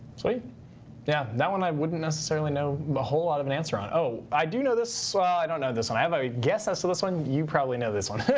so that that one i wouldn't necessarily know a whole lot of an answer on. oh, i do know this. so well, i don't know this one. i have i guess as to this one. you probably know this one.